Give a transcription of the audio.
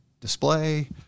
display